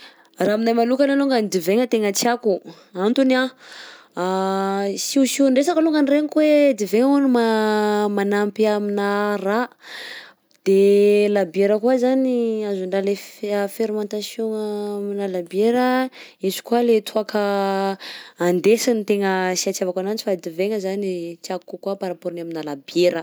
Raha aminahy manokana alongany divaigna tegna tiako, antony anh siosion-dresaka alongany ny regniko hoe divay hono ma- manampy aminà rà. _x000D_ De labiera koa zany azon-draha lay f- fermentation-gna aminà labiera, izy koa le toaka andesiny tegna sy itiavako ananjy fa divaigna zany tiako kokoa par rapport ny aminà labiera.